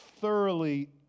thoroughly